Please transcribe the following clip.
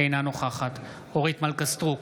אינה נוכחת אורית מלכה סטרוק,